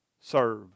serve